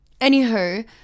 Anywho